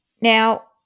now